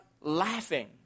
laughing